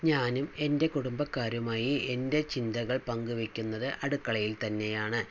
ഞാനും എൻ്റെ കുടുംബക്കാരുമായി എൻ്റെ ചിന്തകൾ പങ്ക് വയ്ക്കുന്നത് അടുക്കളയിൽ തന്നെയാണ്